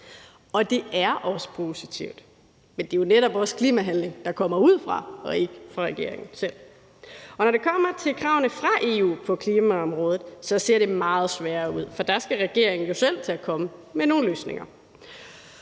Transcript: Og det er også positivt, men det er jo netop også klimahandling, der kommer udefra og ikke fra regeringen selv. Når det kommer til kravene fra EU på klimaområdet, ser det meget sværere ud, for der skal regeringen jo selv til at komme med nogle løsninger.